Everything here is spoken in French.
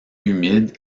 humide